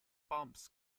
bumps